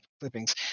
clippings